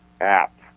app